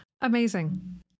amazing